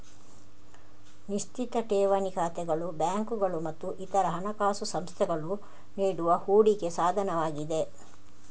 ನಿಶ್ಚಿತ ಠೇವಣಿ ಖಾತೆಗಳು ಬ್ಯಾಂಕುಗಳು ಮತ್ತು ಇತರ ಹಣಕಾಸು ಸಂಸ್ಥೆಗಳು ನೀಡುವ ಹೂಡಿಕೆ ಸಾಧನವಾಗಿದೆ